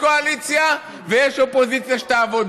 הקואליציה הזאת,